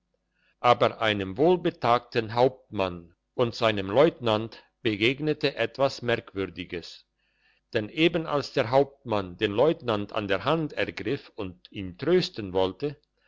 aber einem wohlbetagten hauptmann und seinem leutnant begegnete etwas merkwürdiges denn eben als der hauptmann den leutnant an der hand ergriff und ihn trösten wollte